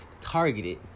targeted